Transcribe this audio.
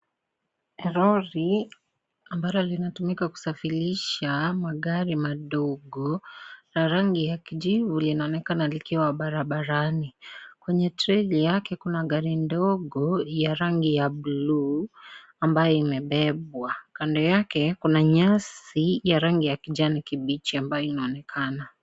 Lori ambalo linatumika kusafirisha magari madogo la rangi ya kijivu linaonekana likiwa barabarani. Kwenye treli yake kuna gari ndogo ya rangi ya buluu ambayo imebebwa. Kando yake, kuna nyasi ya rangi ya kijani kibichi ambayo inaonekana.